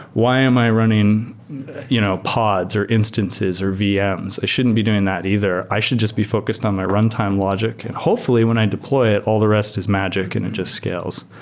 why am i running you know pods, or instances, or vms, i shouldn't be doing that either. i should just be focused on my runtime logic. and hopefully when i deploy it, all the rest is magic and it just scales.